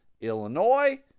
Illinois